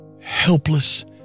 helpless